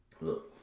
look